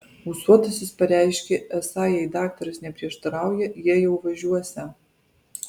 ūsuotasis pareiškė esą jei daktaras neprieštarauja jie jau važiuosią